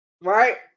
right